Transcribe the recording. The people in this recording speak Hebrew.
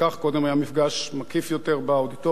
קודם היה מפגש מקיף יותר באודיטוריום,